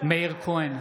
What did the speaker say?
מאיר כהן,